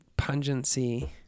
Pungency